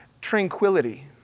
tranquility